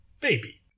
Baby